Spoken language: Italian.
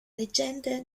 leggenda